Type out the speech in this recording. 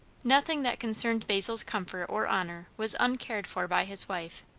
nothing that concerned basil's comfort or honour was uncared for by his wife.